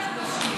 אתה מושך?